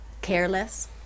careless